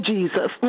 Jesus